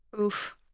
Oof